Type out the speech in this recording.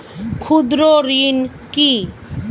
ক্ষুদ্র ঋণ কি?